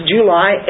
July